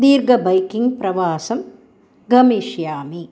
दीर्घबैकिङ्ग् प्रवासं गमिष्यामि